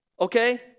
Okay